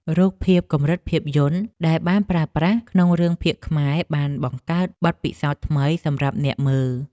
រូបភាពកម្រិតភាពយន្តដែលបានប្រើប្រាស់ក្នុងរឿងភាគខ្មែរបានបង្កើតបទពិសោធន៍ថ្មីសម្រាប់អ្នកមើល។